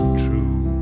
true